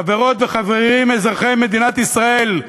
חברות וחברים, אזרחי מדינת ישראל,